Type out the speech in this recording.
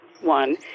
one